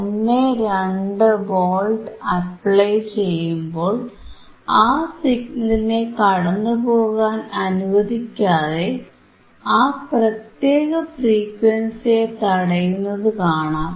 12 volt apply ചെയ്യുമ്പോൾ ആ സിഗ്നലിനെ കടന്നുപോകാൻ അനുവദിക്കാതെ ആ പ്രത്യേക ഫ്രീക്വൻസിയെ തടയുന്നതു കാണാം